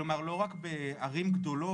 כלומר לא רק בערים גדולות,